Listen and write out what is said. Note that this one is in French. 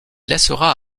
laissera